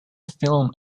film